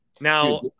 Now